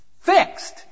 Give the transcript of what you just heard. fixed